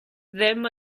ddim